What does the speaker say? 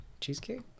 Cheesecake